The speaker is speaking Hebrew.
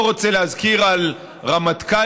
לא רוצה להזכיר רמטכ"לים,